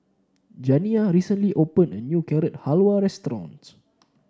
Janiyah recently opened a new Carrot Halwa Restaurant